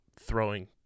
throwing